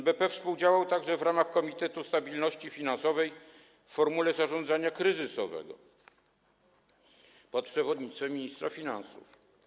NBP współdziałał także w ramach Komitetu Stabilności Finansowej w formule zarządzania kryzysowego pod przewodnictwem ministra finansów.